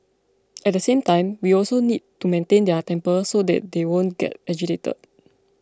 at the same time we also need to maintain their temper so that they won't get agitated